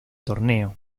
torneo